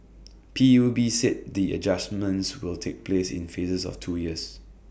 P U B said the adjustments will take place in phases of two years